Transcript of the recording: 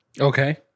Okay